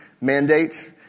mandate